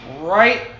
right